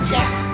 Yes